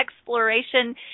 exploration